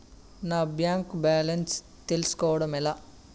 నా bank balance తెలుస్కోవడం ఎలా?